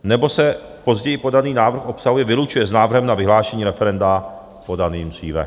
Nebo se později podaný návrh obsahově vylučuje s návrhem na vyhlášení referenda podaného dříve.